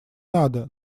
надо